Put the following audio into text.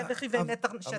זה רכיבי מתח.